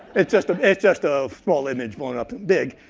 it's just ah it's just a small image blown up big,